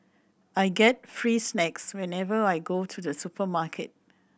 I get free snacks whenever I go to the supermarket